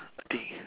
I think